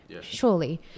Surely